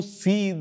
see